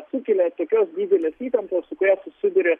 sukelia tokios didelės įtampos su kuria susiduria